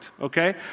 okay